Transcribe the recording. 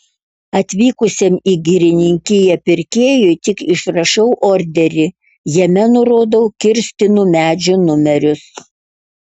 atvykusiam į girininkiją pirkėjui tik išrašau orderį jame nurodau kirstinų medžių numerius